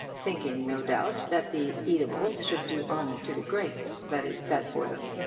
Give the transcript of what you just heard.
thinking no doubt that the eatables should do honour to the grace that is said for them.